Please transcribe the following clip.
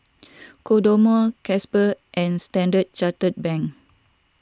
Kodomo Gatsby and Standard Chartered Bank